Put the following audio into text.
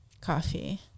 Coffee